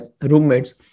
roommates